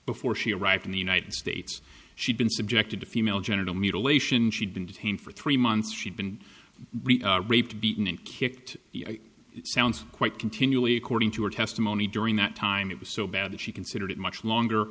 before she arrived in the united states she'd been subjected to female genital mutilation she'd been detained for three months she'd been raped beaten and kicked sounds quite continually according to her testimony during that time it was so bad that she considered it much longer